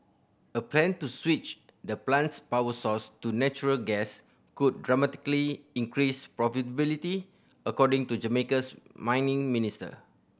a plan to switch the plant's power source to natural gas could dramatically increase profitability according to Jamaica's mining minister